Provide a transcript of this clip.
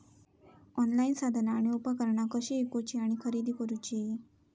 Online साधना आणि उपकरणा कशी ईकूची आणि खरेदी करुची?